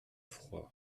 froid